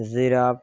giraffe